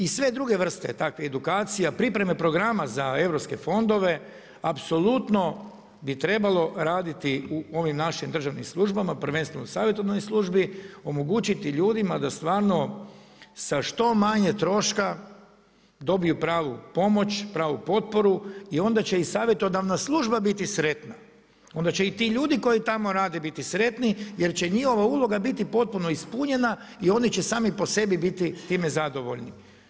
I sve druge vrste takve edukacije, priprema programa za europske fondove, apsolutno bi trebalo raditi u ovim našim državnim službama, prvenstveno u savjetodavnoj službi omogućiti ljudima da stvarno sa što manje troška dobiju pravu pomoć, pravu potporu i onda će i savjetodavna služba biti sretna onda će i ti ljudi koji tamo rade biti sretni jer će njihova uloga biti potpuno ispunjena i oni će sami po sebi biti time zadovoljni.